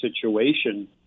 situation